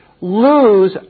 lose